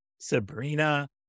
Sabrina